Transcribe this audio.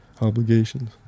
obligations